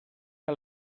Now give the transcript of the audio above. que